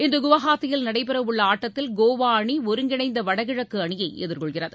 இன்றுகுவஹாத்தியில் நடைபெறஉள்ளஆட்டத்தில் கோவாஅணி ஒருங்கிணைந்தவடகிழக்குஅணியைஎதிர்கொள்கிறது